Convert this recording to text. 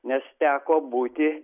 nes teko būti